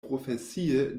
profesie